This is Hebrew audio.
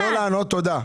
תודה.